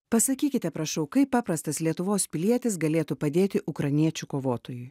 pasakykite prašau kaip paprastas lietuvos pilietis galėtų padėti ukrainiečių kovotojui